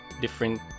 different